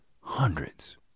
hundreds